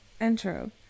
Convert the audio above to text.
intro